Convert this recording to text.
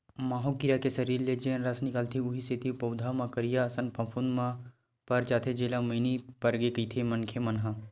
माहो कीरा के सरीर ले जेन रस निकलथे उहीं सेती पउधा म करिया असन फफूंद पर जाथे जेला मइनी परगे कहिथे मनखे मन ह